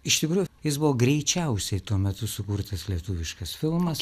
iš tikrųjų jis buvo greičiausiai tuo metu sukurtas lietuviškas filmas